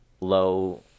low